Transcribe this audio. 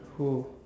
who